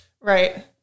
Right